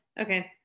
okay